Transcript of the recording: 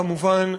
כמובן,